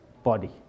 body